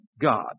God